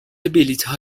بلیتها